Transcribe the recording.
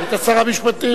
היית שר המשפטים.